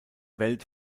welt